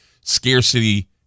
scarcity